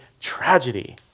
tragedy